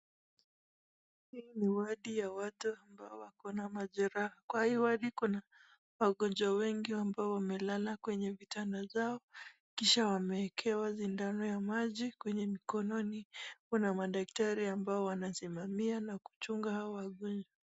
Hii ni wadi ya watu ambao wako na majeraha. Kwa hii wadi kuna wagonjwa wengi ambao wamelala kwenye vitanda zao kisha wamewekewa sindano ya maji kwenye mikononi. Kuna madaktari ambao wanasimamia na kuchunga hawa wagonjwa.